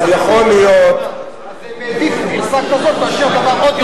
אז הם העדיפו גרסה כזאת מאשר בפחות,